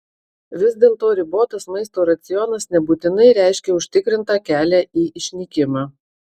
vis dėlto ribotas maisto racionas nebūtinai reiškia užtikrintą kelią į išnykimą